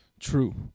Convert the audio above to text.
True